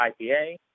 IPA